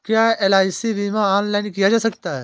क्या एल.आई.सी बीमा ऑनलाइन किया जा सकता है?